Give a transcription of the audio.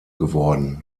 geworden